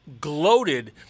gloated